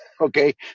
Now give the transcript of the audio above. Okay